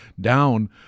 down